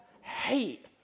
hate